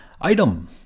Item